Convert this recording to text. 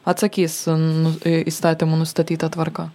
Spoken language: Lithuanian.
atsakys nu įstatymų nustatyta tvarka